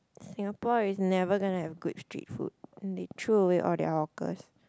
Singapore is never gonna have good street food they throw away all their hawkers